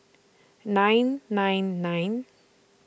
nine nine nine